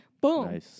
Boom